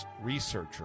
researcher